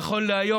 נכון להיום,